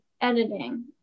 editing